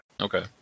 Okay